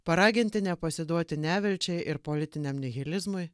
paraginti nepasiduoti nevilčiai ir politiniam nihilizmui